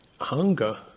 hunger